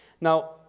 Now